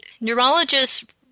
neurologists